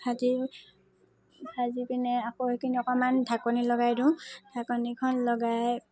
ভাজি ভাজি কিনে আকৌ সেইখিনি অকণমান ঢাকনি লগাই দিওঁ ঢাকনিখন লগাই